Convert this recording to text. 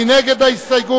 מי נגד ההסתייגות?